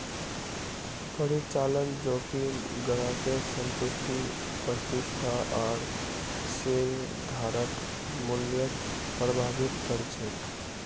परिचालन जोखिम ग्राहकेर संतुष्टि प्रतिष्ठा आर शेयरधारक मूल्यक प्रभावित कर छेक